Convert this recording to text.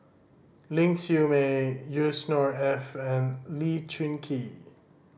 Ling Siew May Yusnor Ef and Lee Choon Kee